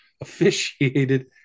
officiated